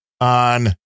on